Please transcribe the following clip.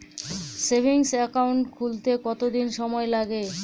Savings account খুলতে কতদিন সময় লাগে?